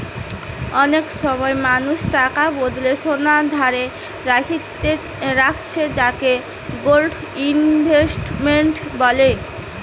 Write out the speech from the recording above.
অনেক সময় মানুষ টাকার বদলে সোনা ধারে রাখছে যাকে গোল্ড ইনভেস্টমেন্ট বলে